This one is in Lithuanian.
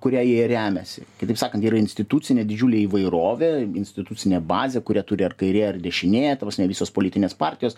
kuria jie remiasi kitaip sakant yra institucinė didžiulė įvairovė institucinė bazė kurią turi ar kairė ar dešinė ta prasme visos politinės partijos